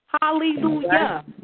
Hallelujah